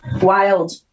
wild